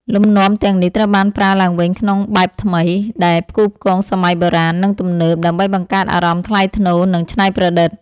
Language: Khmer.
លំនាំទាំងនេះត្រូវបានប្រើឡើងវិញក្នុងបែបថ្មី ដែលផ្គូផ្គងសម័យបុរាណ និងទំនើប ដើម្បីបង្កើតអារម្មណ៍ថ្លៃថ្នូរ និងច្នៃប្រឌិត។